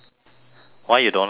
why you don't like me